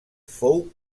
fou